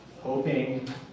hoping